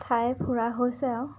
ঠাই ফুৰা হৈছে আৰু